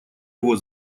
его